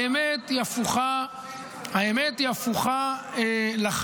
למה לא לסגור משרדי ממשלה?